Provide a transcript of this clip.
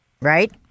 right